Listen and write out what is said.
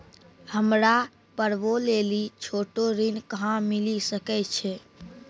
हमरा पर्वो लेली छोटो ऋण कहां मिली सकै छै?